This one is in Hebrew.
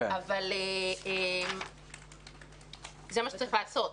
אבל זה מה שצריך לעשות.